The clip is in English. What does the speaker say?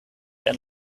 and